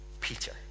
Peter